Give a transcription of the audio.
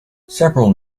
several